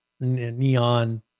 neon